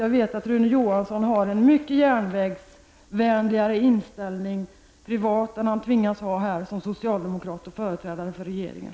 Jag vet att Rune Johansson privat har en mycket järnvägsvänligare inställning än den han tvingas ha här som socialdemokrat och företrädare för regeringen.